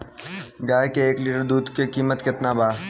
गाय के एक लीटर दुध के कीमत केतना बा?